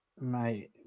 mate